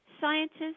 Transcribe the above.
scientists